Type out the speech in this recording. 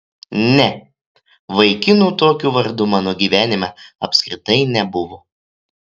ne vaikinų tokiu vardu mano gyvenime apskritai nebuvo